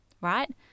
right